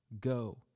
go